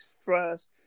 first